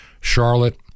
Charlotte